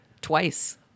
Twice